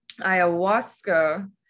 ayahuasca